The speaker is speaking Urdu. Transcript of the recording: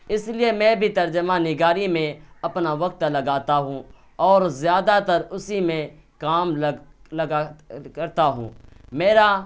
اس لیے میں بھی ترجمہ نگاری میں اپنا وقت لگاتا ہوں اور زیادہ تر اسی میں کام کرتا ہوں میرا